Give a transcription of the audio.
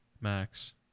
Max